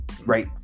Right